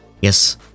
Yes